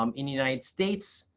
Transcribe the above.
um in the united states,